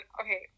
okay